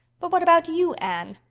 but what about you, anne?